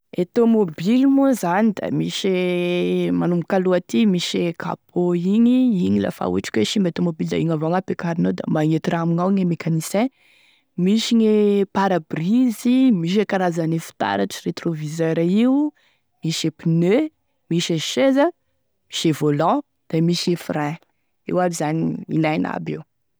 E tômôbilo moa zany da misy manomboky aloha aty misy e capot igny igny la fa ohatry ka hoe simba e tômôbilo da igny avao gn'ampekarinao da magnenty raha amiganao gne mécanicien misy gne parabrise misy e karazane fitaratry e rétroviseur io misy e pneu misy e seza misy e volant da misy e frein io aby zany ilainy aby io.